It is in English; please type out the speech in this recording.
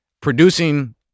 producing